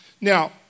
Now